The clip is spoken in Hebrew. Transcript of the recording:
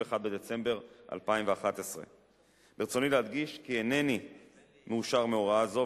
31 בדצמבר 2011. ברצוני להדגיש כי אינני מאושר מהוראה זו,